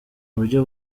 buryo